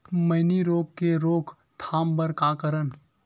मैनी रोग के रोक थाम बर का करन?